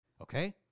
okay